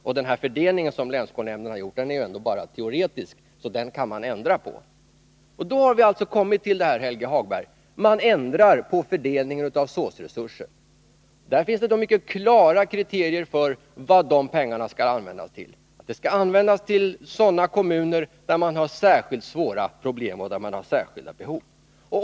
Och den fördelning som länsskolnämnderna har gjort är bara teoretisk, så den kan man ändra på, säger Helge Hagberg. Då har vi, Helge Hagberg, kommit fram till att man ändrar på fördelningen av SÅS-resurserna. Det finns mycket klara kriterier för vad dessa pengar skall användas till, nämligen till sådana kommuner där det finns särskilt svåra problem och särskilda behov.